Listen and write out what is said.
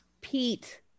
Pete